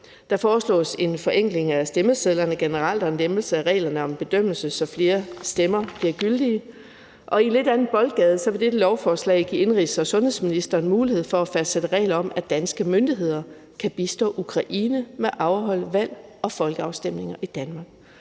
Der foreslås en forenkling af stemmesedlerne generelt og en lempelse af reglerne om bedømmelse, så flere stemmer bliver gyldige. I en lidt anden boldgade vil dette lovforslag give indenrigs- og sundhedsministeren mulighed for at fastsætte regler om, at danske myndigheder kan bistå Ukraine med at afholde valg og folkeafstemninger i Danmark,